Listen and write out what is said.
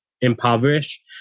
impoverished